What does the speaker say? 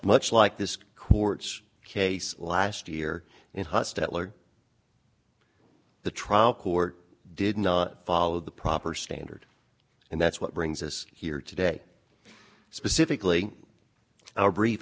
much like this court's case last year in hot stetler the trial court did not follow the proper standard and that's what brings us here today specifically our brief